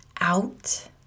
out